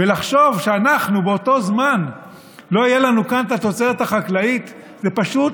לחשוב שלנו באותו זמן לא תהיה כאן תוצרת החקלאית זה פשוט